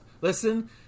Listen